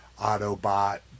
Autobot